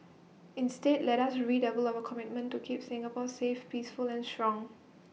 instead let us redouble our commitment to keep Singapore safe peaceful and strong